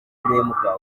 guhemuka